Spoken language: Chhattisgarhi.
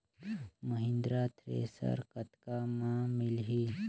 महिंद्रा थ्रेसर कतका म मिलही?